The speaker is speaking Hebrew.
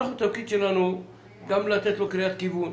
התפקיד שלנו גם לתת לו קריאת כיוון,